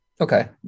Okay